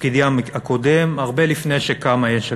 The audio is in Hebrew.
בתפקידי הקודם הרבה לפני שקמה יש עתיד.